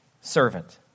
servant